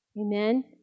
Amen